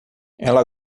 ela